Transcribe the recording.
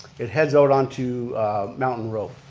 it heads out onto mountain road.